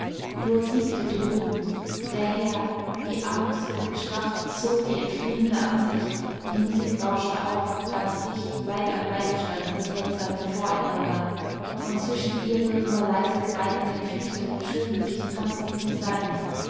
dur siegte dröhnend der herr die armmuskeln gestrafft zog die entfliehende an sich die musik rauschte auf ganz dicht leib an leib standen die tänzer nun voreinander und zwischen ihre nur leise gleitenden füße schoben sich tanzend die seinen